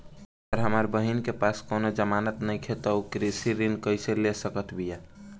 अगर हमार बहिन के पास कउनों जमानत नइखें त उ कृषि ऋण कइसे ले सकत बिया?